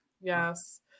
yes